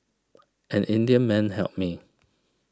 an Indian man helped me